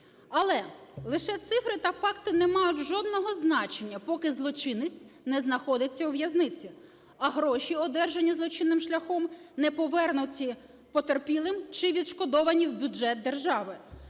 Але лише цифри та факти не мають жодного значення, поки злочинець не знаходиться у в'язниці, а гроші, одержані злочинним шляхом, не повернуті потерпілим чи відшкодовані в бюджет держави.